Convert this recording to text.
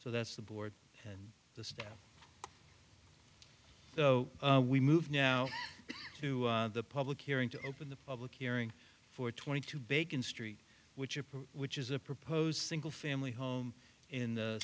so that's the board and the staff so we move now to the public hearing to open the public hearing for twenty two bacon street which of which is a proposed single family home in